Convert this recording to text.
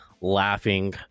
laughing